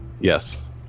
Yes